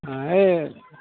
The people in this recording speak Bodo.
ओ ए